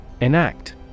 Enact